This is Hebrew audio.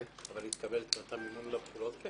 אבל היא כן תקבל מימון לבחירות.